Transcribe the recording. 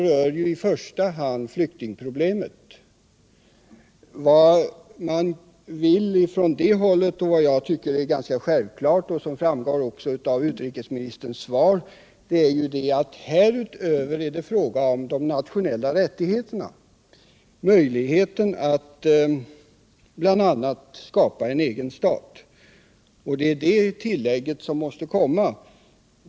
Resolutionerna rör i första hand flyktingproblemet. Vad man hävdar från PLO-håll och vad jag tycker är ganska självklart — det framgår också av utrikesministerns svar — är att härutöver är det fråga om de nationella rättigheterna, möjligheten att bl.a. skapa en egen stat. Det är det tillägget som måste göras.